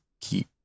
keep